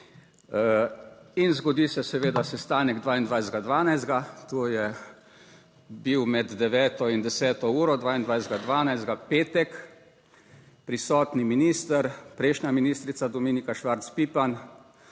In zgodi se seveda sestanek 22. 12., to je bil med 9. in 10. uro, 22. 12. petek, prisotni minister, prejšnja ministrica Dominika Švarc Pipan,